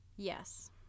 Yes